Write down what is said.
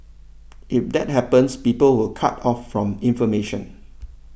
if that happens people will cut off from information